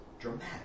dramatic